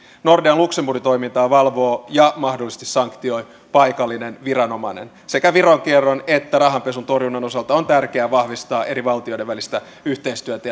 nordean luxemburgin toimintaa valvoo ja mahdollisesti sanktioi paikallinen viranomainen sekä veronkierron että rahanpesun torjunnan osalta on tärkeää vahvistaa eri valtioiden välistä yhteistyötä